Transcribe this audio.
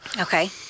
Okay